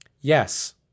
Yes